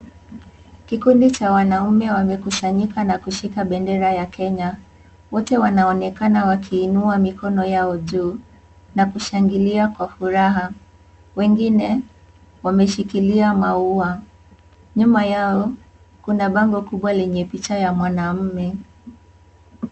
Kikundi cha wanaume wamekusanyika na kushika bendera ya kenya wote wanaonekana wakiinua mikono yao juu na kushangilia kwa furaha wengine wameshikilia maua. Nyuma yao kuna bango kubwa lenye picha ya mwanaume.